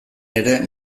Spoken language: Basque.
ere